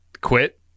quit